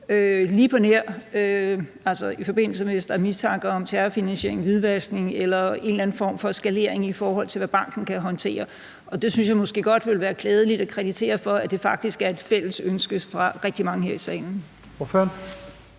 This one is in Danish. lige på nær hvis der er mistanke om terrorfinansiering eller hvidvaskning, eller der er en eller anden form for skalering, i forhold til hvad banken kan håndtere. Og der synes jeg måske godt, det ville være klædeligt at kreditere for, at det faktisk er et fælles ønske fra rigtig mange her i salen.